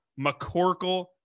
McCorkle